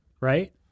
Right